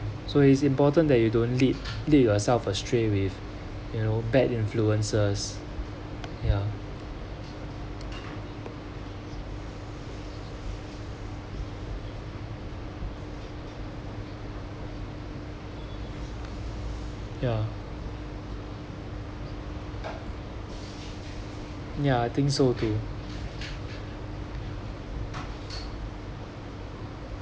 so it's important that you don't lead lead yourself astray with you know bad influences ya ya ya I think so too